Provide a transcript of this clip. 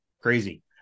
Crazy